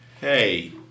Hey